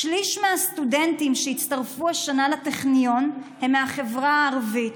"שליש מהסטודנטים שהצטרפו השנה לטכניון הם מהחברה הערבית,